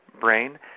brain